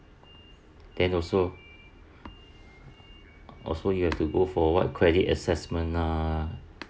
then also also you have to go for what credit assessment lah